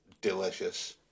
delicious